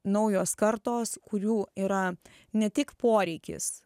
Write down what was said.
naujos kartos kurių yra ne tik poreikis